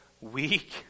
weak